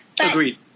Agreed